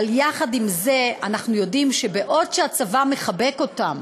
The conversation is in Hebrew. אבל יחד עם זה אנחנו יודעים שבעוד שהצבא מחבק אותם